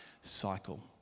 cycle